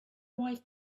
wife